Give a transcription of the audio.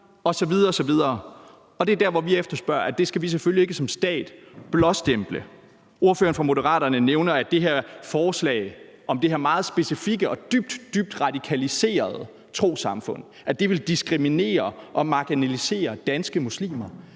osv. osv., og det er der, hvor vi efterspørger, at det skal vi som stat selvfølgelig ikke blåstemple. Ordføreren for Moderaterne nævner, at det her forslag om det her specifikke og dybt, dybt radikaliserede trossamfund vil diskriminere og marginalisere danske muslimer.